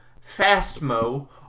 fast-mo